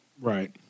right